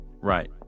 Right